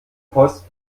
post